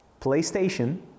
PlayStation